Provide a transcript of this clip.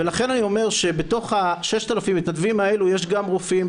ולכן אני אומר שבתוך ה-6,000 מתנדבים האלה יש גם רופאים,